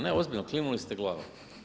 Ne ozbiljno, kimnuli ste glavom.